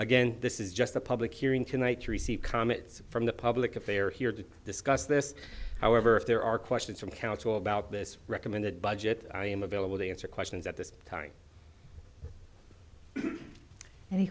again this is just a public hearing tonight to receive comments from the public if they are here to discuss this however if there are questions from council about this recommended budget i am available to answer questions at this time an